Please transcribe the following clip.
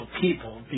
people